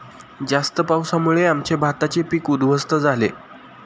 जास्त पावसामुळे आमचे भाताचे पीक उध्वस्त झाले